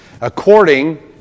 According